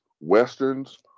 westerns